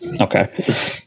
okay